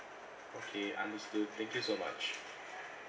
okay understood thank you so much